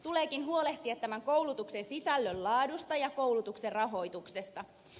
tuleekin huolehtia tämän koulutuksen sisällön laadusta ja koulutuksen rahoituksesta